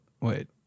Wait